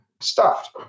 stuffed